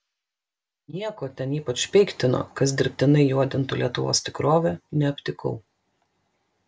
nieko ten ypač peiktino kas dirbtinai juodintų lietuvos tikrovę neaptikau